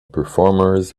performers